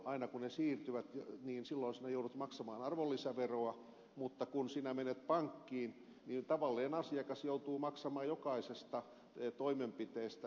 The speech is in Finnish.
aina kun ne siirtyvät silloin sinä joudut maksamaan arvonlisäveroa mutta kun sinä menet pankkiin niin tavallisena asiakkaana joudut maksamaan jokaisesta toimenpiteestä jotain